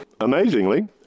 Amazingly